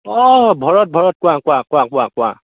অঁ ভৰত ভৰত কোৱা কোৱা কোৱা কোৱা কোৱা